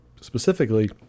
specifically